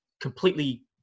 completely